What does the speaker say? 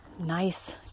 nice